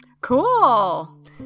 Cool